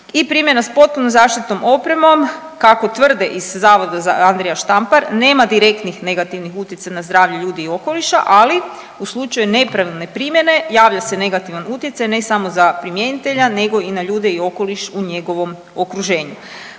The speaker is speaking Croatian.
i primjena s potpunom zaštitom opremom kako tvrde iz Zavoda Andrija Štampar nema direktnih negativnih utjecaja na zdravlje ljudi i okoliša, ali u slučaju nepravilne primjene javlja se negativan utjecaj ne samo za primjenitelja nego i na ljude i okoliš u njegovom okruženju.